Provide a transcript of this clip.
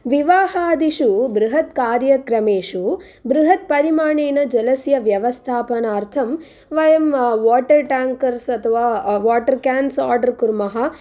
विवाहादिषु बृहत्कार्यक्रमेषु बृहत्परिमाणेन जलस्य व्यवस्थापनार्थं वयं वाटर् टाङ्कर्स् अथवा वाटर् केंस् आडर् कुर्मः